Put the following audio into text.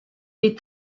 est